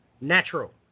natural